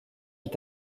est